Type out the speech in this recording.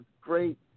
great